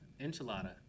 Enchilada